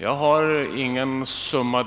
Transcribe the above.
Jag kan inte nämna någon summa,